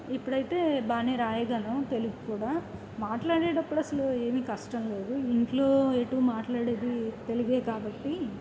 ఇప్పుడైతే బాగానే రాయగలను తెలుగు కూడా మాట్లాడేటప్పుడు అసలు ఏమి కష్టం లేదు ఇంట్లో ఎక్కువ మాట్లాడేది తెలుగే కాబట్టి